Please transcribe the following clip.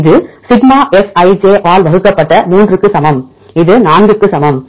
இது sigma Fij ஆல்வகுக்கப்பட்ட 3 க்கு சமம் இது 4 க்கு சமம்